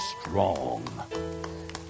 strong